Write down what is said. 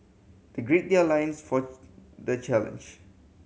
they gird their loins for the challenge